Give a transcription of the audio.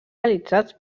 realitzats